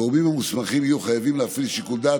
הגורמים המוסמכים יהיו חייבים להפעיל שיקול דעת